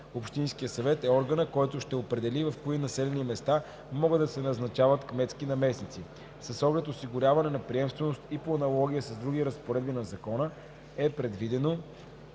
общинският съвет е органът, който ще определи в кои населени места могат да се назначават кметски наместници. С оглед осигуряване на приемственост и по аналогия с други разпоредби на закона е предвидено